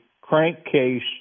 crankcase